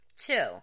Two